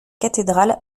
cathédrale